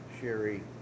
Sherry